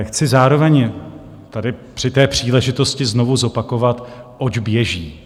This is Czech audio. Chci zároveň tady při té příležitosti znovu zopakovat, oč běží.